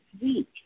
week